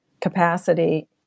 capacity